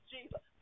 Jesus